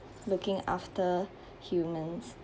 looking after humans